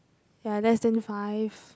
ya less than five